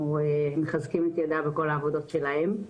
אנחנו מחזקים את ידיה בכל העבודות שלהם.